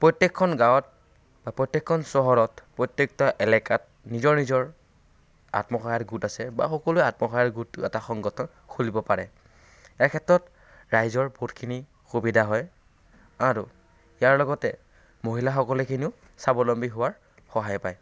প্ৰত্যেখন গাঁৱত বা প্ৰত্যেকখন চহৰত প্ৰত্যেকটা এলেকাত নিজৰ নিজৰ আত্মসহায়ক গোট আছে বা সকলোৱে আত্মসহায়ক গোট এটা সংগঠন খুলিব পাৰে এই ক্ষেত্ৰত ৰাইজৰ বহুতখিনি সুবিধা হয় আৰু ইয়াৰ লগতে মহিলাসকলখিনিও স্বাৱলম্বী হোৱাত সহায় পায়